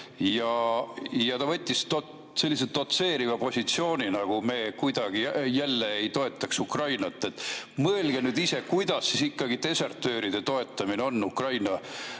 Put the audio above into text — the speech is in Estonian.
Ta võttis jälle sellise dotseeriva positsiooni, nagu me kuidagi ei toetaks Ukrainat. Mõelge nüüd ise, kuidas ikkagi desertööride toetamine on Ukraina